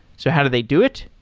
so how do they do it?